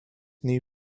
new